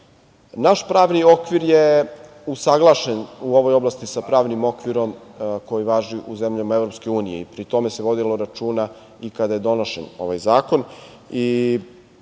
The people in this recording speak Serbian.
pravni okvir je usaglašen u ovoj oblasti sa pravnim okvirom koji važi u zemljama EU i pri tome se vodilo računa i kada je donošen ovaj zakon.